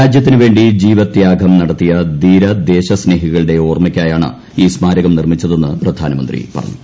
രാജ്യത്തിന് വേണ്ടി ജീവത്യാഗം ചെയ്ത ധീരദേശസ്നേഹികളുടെ ഓർമ്മയ്ക്കായാണ് ഈ സ്മാരകം നിർമ്മിച്ചതെന്ന് പ്രധാനമന്ത്രി പറഞ്ഞു